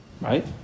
Right